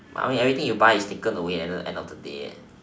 I mean everything you buy is taken away at the end of the day eh